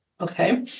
okay